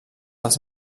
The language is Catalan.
als